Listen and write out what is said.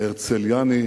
הרצליאני